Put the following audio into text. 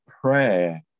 prayer